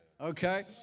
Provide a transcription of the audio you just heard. Okay